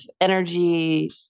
energy